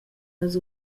las